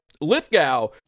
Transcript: Lithgow